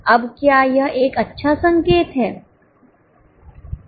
अब क्या यह एक अच्छा संकेत है